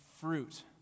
fruit